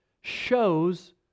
shows